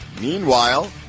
Meanwhile